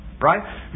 Right